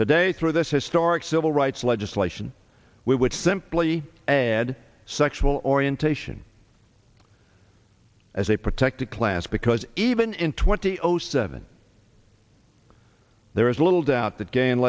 today through this historic civil rights legislation we would simply add sexual orientation as a protected class because even in twenty zero seven there is little doubt that gay and